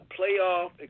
playoff